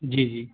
जी जी